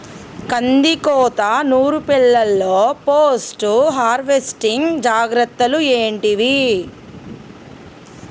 కందికోత నుర్పిల్లలో post harvesting జాగ్రత్తలు ఏంటివి?